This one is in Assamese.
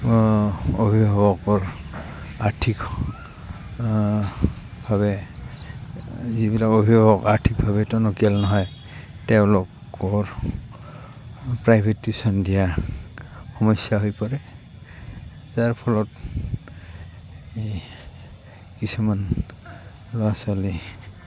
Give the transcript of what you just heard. অভিভাৱকৰ আৰ্থিকভাৱে যিবিলাক অভিভাৱক আৰ্থিকভাৱে টনকিয়াল নহয় তেওঁলোকৰ প্ৰাইভেট টিউশ্যন দিয়া সমস্যা হৈ পৰে যাৰ ফলত এই কিছুমান ল'ৰা ছোৱালী